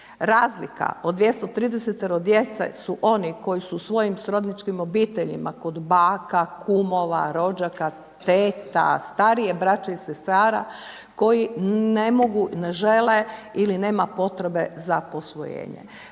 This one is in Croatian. Razlika od 230-tero djece su oni koji su u svojim srodničkim obiteljima kod baka, kumova, rođaka, teta, starije brače i sestara koji ne mogu, ne žele ili nema potrebe za posvojenjem.